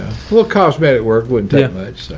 well, cosmetic work wouldn't damage so